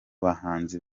bahanzi